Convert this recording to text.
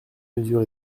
mesure